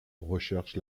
recherche